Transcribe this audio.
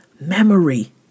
memory